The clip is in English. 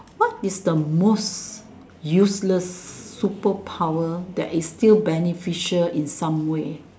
what is the most useless superpower that is still beneficial in some way